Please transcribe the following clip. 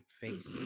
face